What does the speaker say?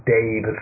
Dave